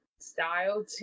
style